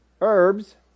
Herbs